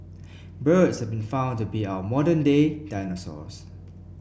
birds have been found to be our modern day dinosaurs